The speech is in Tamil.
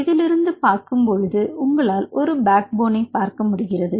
இதில் இருந்து பார்க்கும் போது உங்களால் ஒரு பேக் போனை பார்க்க முடிகிறது